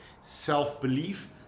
self-belief